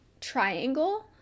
triangle